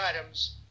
items